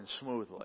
smoothly